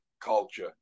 culture